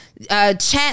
chat